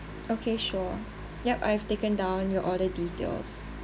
okay sure yup I've taken down your order details